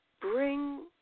bring